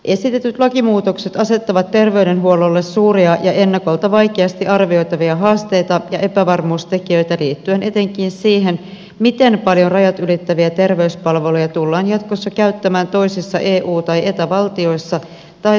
esitetyt lakimuutokset asettavat terveydenhuollolle suuria ja ennakolta vaikeasti arvioitavia haasteita ja epävarmuustekijöitä liittyen etenkin siihen miten paljon rajat ylittäviä terveyspalveluja tullaan jatkossa käyttämään toisissa eu tai eta valtioissa tai sveitsissä